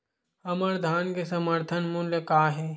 हमर धान के समर्थन मूल्य का हे?